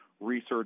research